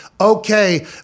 okay